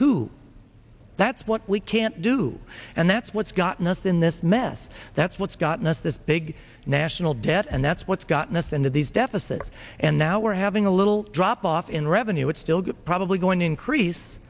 too that's what we can't do and that's what's gotten us in this mess that's what's gotten us this big national debt and that's what's gotten us into these deficits and now we're having a little drop off in revenue would still be probably going to increase